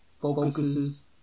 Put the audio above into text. focuses